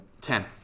Ten